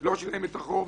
לא שילם את החוב,